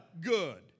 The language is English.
good